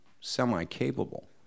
semi-capable